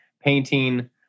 painting